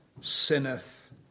sinneth